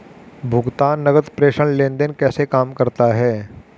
भुगतान नकद प्रेषण लेनदेन कैसे काम करता है?